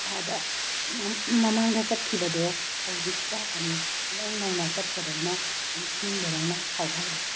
ꯏꯁꯥꯗ ꯃꯃꯥꯡꯗ ꯆꯠꯈꯤꯕꯗꯣ ꯍꯧꯖꯤꯛꯇ ꯑꯃꯨꯛ ꯏꯅꯧ ꯅꯧꯅ ꯆꯠꯄꯗꯧꯅ ꯅꯤꯡꯁꯤꯡꯕꯗꯧꯅ ꯐꯥꯎꯍꯜꯂꯤ